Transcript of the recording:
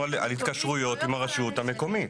דיברנו על התקשרויות עם הרשות המקומית.